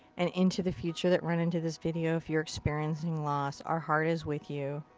and into the future that run into this video, if you're experiencing loss, our heart is with you.